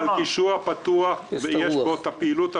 "מלכישוע" פתוח, יש בו את הפעילות המלאה.